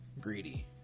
greedy